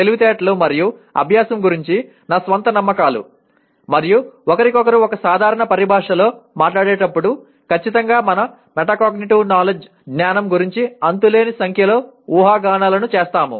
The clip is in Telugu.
తెలివితేటలు మరియు అభ్యాసం గురించి నా స్వంత నమ్మకాలు మీరు ఒకరికొకరు ఒక సాధారణ పరిభాషలో మాట్లాడేటప్పుడు ఖచ్చితంగా మన మెటాకాగ్నిటివ్ జ్ఞానం గురించి అంతులేని సంఖ్యలో ఊహాగానాలను చేస్తాము